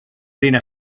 linea